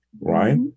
right